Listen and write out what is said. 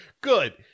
good